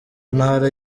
ntara